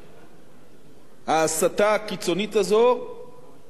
ההסתה הקיצונית הזו נגד אנשי האוצר.